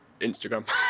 instagram